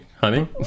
honey